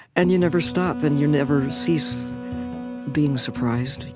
and you never stop, and you never cease being surprised.